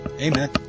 Amen